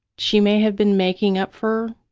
she may have been making up for